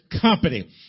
company